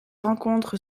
rencontre